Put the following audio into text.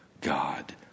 God